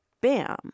Bam